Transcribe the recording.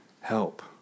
help